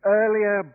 earlier